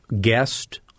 guest